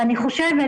ואני חושבת,